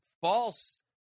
false